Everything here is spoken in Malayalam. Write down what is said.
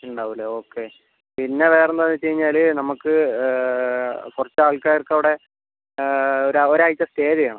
ഉണ്ടാവും അല്ലേ ഓക്കെ പിന്നെ വേറെന്താണെന്ന് വെച്ച് കഴിഞ്ഞാൽ നമുക്ക് കുറച്ച് ആൾക്കാർക്ക് അവിടെ ഒരു ഒരാഴ്ച്ച സ്റ്റേ ചെയ്യണം